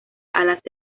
alas